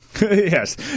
Yes